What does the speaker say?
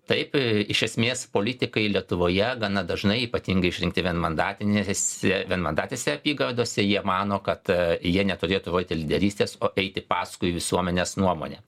taip iš esmės politikai lietuvoje gana dažnai ypatingai išrinkti vienmandatinėse vienmandatėse apygardose jie mano kad jie neturėtų vat į lyderystės o eiti paskui visuomenės nuomonę